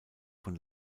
von